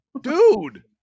Dude